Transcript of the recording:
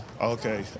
Okay